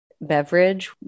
beverage